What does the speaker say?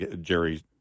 Jerry